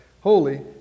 holy